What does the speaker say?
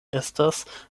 estas